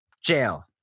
jail